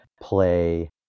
play